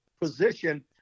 position